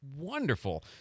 wonderful